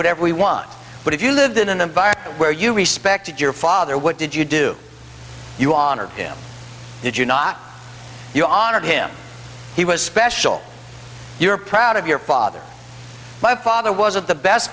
whatever we want but if you lived in an environment where you respected your father what did you do you honor him did you not you honored him he was special you're proud of your father my father wasn't the best